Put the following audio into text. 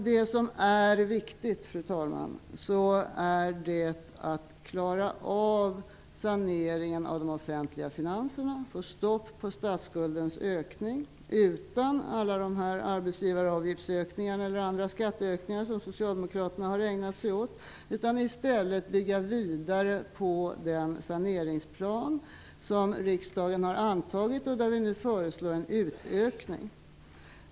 Det viktiga är att klara av saneringen av de offentliga finanserna, att få stopp på statsskuldens ökning utan de arbetsgivaravgiftsökningar eller andra skatteökningar som socialdemokraterna har ägnat sig åt att ta fram förslag om. I stället skall vi bygga vidare på den saneringsplan som riksdagen har antagit och där vi nu föreslår en utökning.